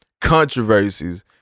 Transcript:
controversies